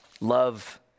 love